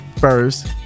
first